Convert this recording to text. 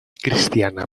cristiana